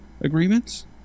agreements